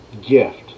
gift